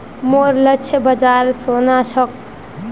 मोर लक्ष्य बाजार सोना छोक